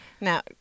Now